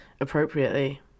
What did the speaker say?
appropriately